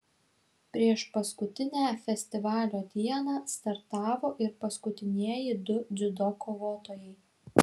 priešpaskutinę festivalio dieną startavo ir paskutinieji du dziudo kovotojai